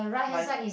like